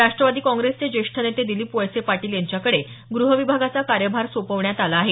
राष्ट्रवादी काँग्रेसचे ज्येष्ठ नेते दिलीप वळसे पाटील यांच्याकडे गृहविभागाचा कार्यभार सोपवण्यात आला आहे